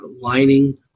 lining